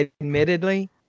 admittedly